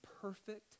perfect